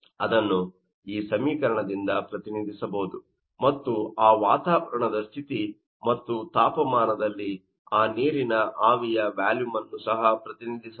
ಅದನ್ನು ಈ ಸಮೀಕರಣದಿಂದ ಪ್ರತಿನಿಧಿಸಬಹುದು ಮತ್ತು ಆ ವಾತಾವರಣದ ಸ್ಥಿತಿ ಮತ್ತು ತಾಪಮಾನದಲ್ಲಿ ಆ ನೀರಿನ ಆವಿಯ ವ್ಯಾಲುಮ್ ಅನ್ನು ಸಹ ಪ್ರತಿನಿಧಿಸಬಹುದು